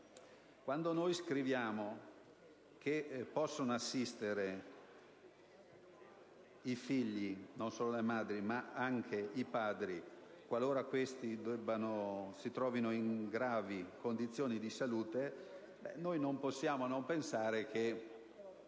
Quando scriviamo che possono assistere i figli non solo le madri ma anche i padri qualora queste si trovino in gravi condizioni di salute, non possiamo non pensare che,